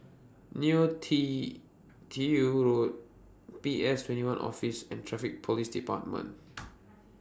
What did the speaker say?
Neo T Tiew Road P S twenty one Office and Traffic Police department